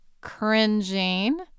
cringing